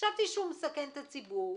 חשבתי שהוא מסכן את הציבור,